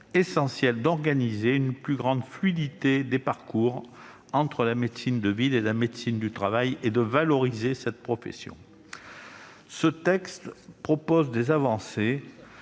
essentiel d'organiser une plus grande fluidité des parcours entre médecine de ville et médecine du travail et de valoriser cette profession. Ce texte propose des avancées,